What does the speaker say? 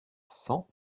cent